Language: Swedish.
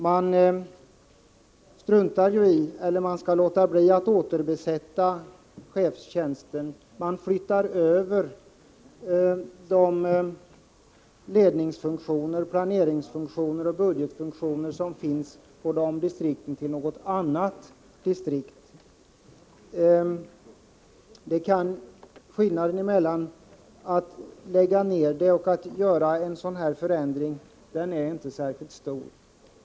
Man skall låta bli att återbesätta chefstjänsten, och man flyttar över de lednings-, planeringsoch budgetfunktioner som finns på de distrikten till ett annat distrikt. Skillnaden mellan den förändringen och att lägga ned distrikten är inte särskilt stor.